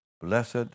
Blessed